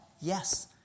yes